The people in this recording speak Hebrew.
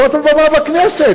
זאת הבמה, בכנסת.